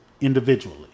individually